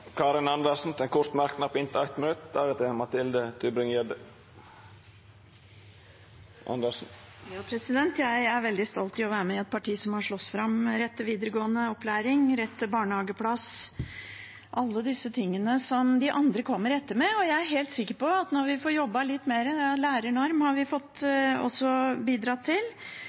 Karin Andersen har hatt ordet to gonger og får ordet til ein kort merknad, avgrensa til 1 minutt. Jeg er veldig stolt over å være med i et parti som har slåss fram rett til videregående opplæring, rett til barnehageplass – alle disse tingene som de andre kommer etter med. Jeg er helt sikker på at når vi får jobbet litt mer – lærernorm har vi også bidratt til